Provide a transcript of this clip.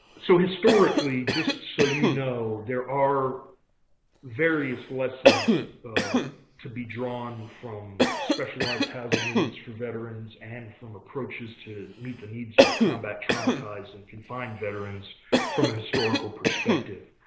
so historically, just so you know, there are various lessons to be drawn from specialized housing units for veterans and from approaches to meet the needs of combat traumatized and confining veterans from a historical perspective.